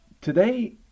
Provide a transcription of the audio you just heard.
today